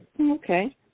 Okay